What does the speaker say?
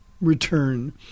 return